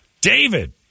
David